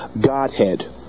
Godhead